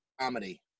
comedy